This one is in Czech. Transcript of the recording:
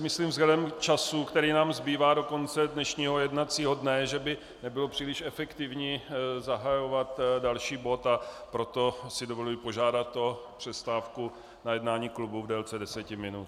Myslím si vzhledem k času, který nám zbývá do konce dnešního jednacího dne, že by nebylo příliš efektivní zahajovat další bod, a proto si dovoluji požádat o přestávku na jednání klubu v délce 10 minut.